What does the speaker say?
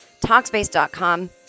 Talkspace.com